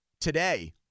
today